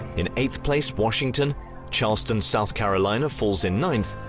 in eighth place washington charleston south carolina falls in ninth,